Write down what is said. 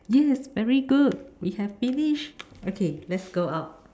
yes very good we have finished okay let's go out